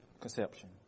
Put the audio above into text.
conception